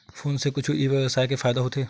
Phone से कुछु ई व्यवसाय हे फ़ायदा होथे?